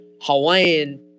Hawaiian